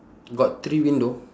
got three window